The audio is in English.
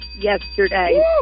yesterday